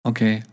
Okay